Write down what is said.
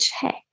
check